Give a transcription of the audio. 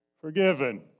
forgiven